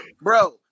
bro